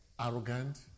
Arrogant